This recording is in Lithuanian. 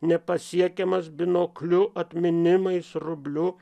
nepasiekiamas binokliu atminimais rubliu